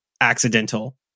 accidental